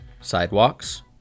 sidewalks